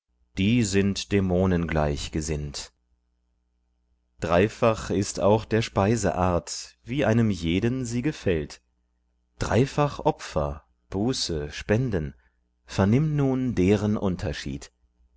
die sind dämonengleich gesinnt dreifach ist auch der speise art wie einem jeden sie gefällt dreifach opfer buße spenden vernimm nun deren unterschied